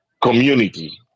community